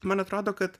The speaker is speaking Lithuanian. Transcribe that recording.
man atrodo kad